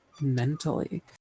mentally